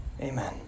Amen